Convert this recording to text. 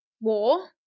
war